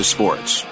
Sports